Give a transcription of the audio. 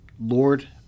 Lord